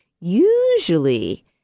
usually